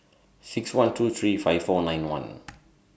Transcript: six one two three five four nine one